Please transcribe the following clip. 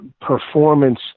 performance